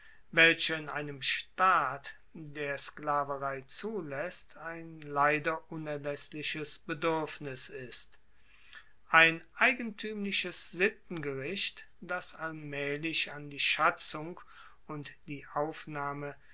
welcher in einem staat der sklaverei zulaesst ein leider unerlaessliches beduerfnis ist ein eigentuemliches sittengericht das allmaehlich an die schatzung und die aufnahme